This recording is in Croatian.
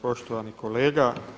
Poštovani kolega.